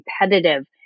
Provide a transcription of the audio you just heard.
competitive